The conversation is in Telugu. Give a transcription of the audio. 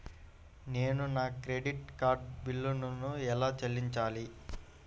నేను నా క్రెడిట్ కార్డ్ బిల్లును ఎలా చెల్లించాలీ?